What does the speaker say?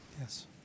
Yes